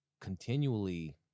continually